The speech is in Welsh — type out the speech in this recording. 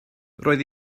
roedd